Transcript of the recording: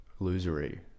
illusory